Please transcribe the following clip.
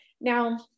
Now